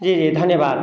जी जी धन्यवाद